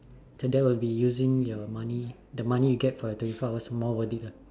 so that would be using your money the money you get for the twenty four hours more worth it lah